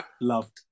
loved